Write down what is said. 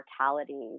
mortality